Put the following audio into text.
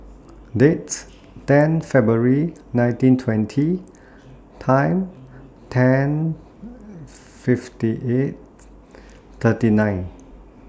Dates ten February nineteen twenty Time ten fifty eight thirty nine